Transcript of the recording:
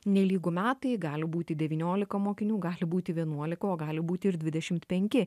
nelygu metai gali būti devyniolika mokinių gali būti vienuolika o gali būti ir dvidešimt penki